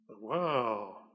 Wow